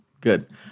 good